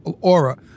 aura